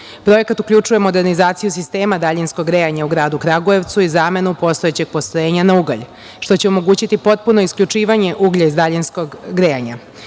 Projekat uključuje modernizaciju sistema daljinskog grejanja u gradu Kragujevcu i zamenu postojećeg postrojenja na ugalj, što će omogućiti potpuno isključivanje uglja iz daljinskog grejanja.